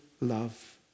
love